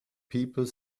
people